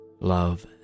love